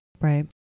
right